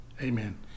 amen